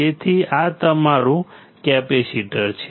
તેથી આ તમારું કેપેસિટર છે